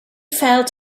felt